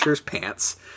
pants